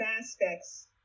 aspects